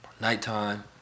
Nighttime